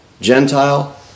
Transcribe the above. Gentile